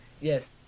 Yes